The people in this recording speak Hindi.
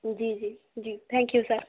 जी जी जी थैंक यू सर